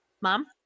Mom